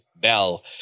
Bell